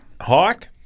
Hawk